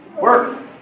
Work